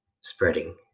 spreading